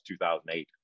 2008